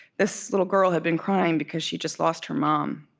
this little girl had been crying, because she just lost her mom.